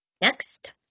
Next